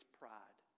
pride